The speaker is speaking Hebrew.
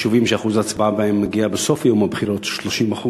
יש יישובים שאחוז ההצבעה בהם מגיע בסוף יום הבחירות ל-30%,